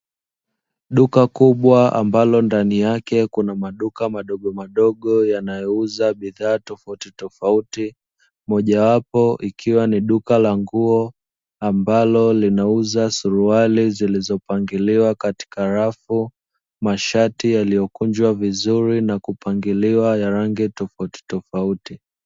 Duka kubwa ambalo ndani yake kuna maduka madogomadogo yanayouza bidhaa tofautitofauti, mojawapo ikiwa ni duka la nguo ambalo linauza suruali zilizopangiliwa katika rafu, mashati yaliyokunjwa vizuri na kupangiliwa ya rangi tofautitofauti.